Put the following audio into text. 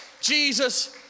Jesus